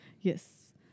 Yes